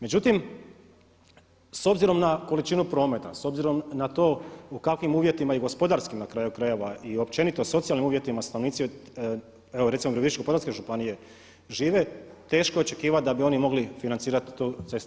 Međutim s obzirom na količinu prometa, s obzirom na to u kakvim uvjetima i gospodarskim na kraju krajeva i općenito socijalnim uvjetima stanovnici evo recimo Virovitičko-podravske županije žive teško očekivat da bi oni mogli financirati tu cestu.